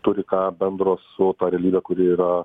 turi ką bendro su ta realybe kuri yra